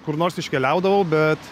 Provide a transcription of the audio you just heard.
kur nors iškeliaudavau bet